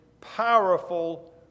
powerful